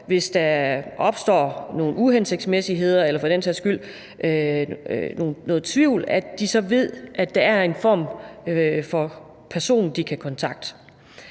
hvis der opstår nogle uhensigtsmæssigheder eller noget tvivl, for den sags skyld så også ved, at der er en person, man kan kontakte.